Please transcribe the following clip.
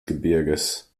gebirges